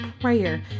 prayer